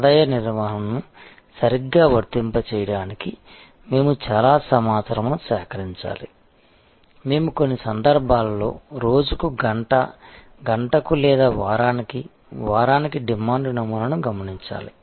ఆదాయ నిర్వహణను సరిగ్గా వర్తింపచేయడానికి మేము చాలా సమాచారమును సేకరించాలి మేము కొన్ని సందర్భాల్లో రోజుకు గంట గంటకు లేదా వారానికి వారానికి డిమాండ్ నమూనాను గమనించాలి